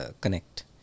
connect